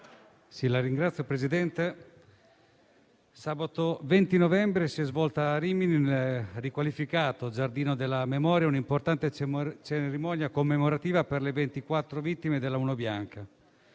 Signor Presidente, sabato 20 novembre si è svolta a Rimini, nel riqualificato Giardino della memoria, un'importante cerimonia commemorativa per le 24 vittime della Banda